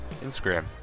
Instagram